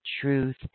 truth